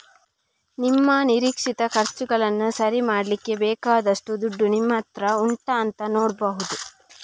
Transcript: ನಿಮ್ಮ ನಿರೀಕ್ಷಿತ ಖರ್ಚುಗಳನ್ನ ಸರಿ ಮಾಡ್ಲಿಕ್ಕೆ ಬೇಕಾದಷ್ಟು ದುಡ್ಡು ನಿಮ್ಮತ್ರ ಉಂಟಾ ಅಂತ ನೋಡ್ಬಹುದು